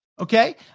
Okay